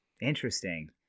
Interesting